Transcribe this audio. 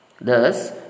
Thus